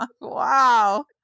Wow